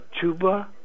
tuba